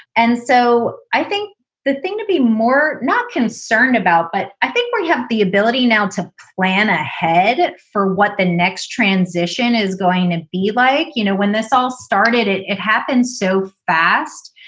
and so i think the thing to be more not concerned about, but i think where you have the ability now to plan ah ahead for what the next transition is going to be like, you know, when this all started it it happened so fast.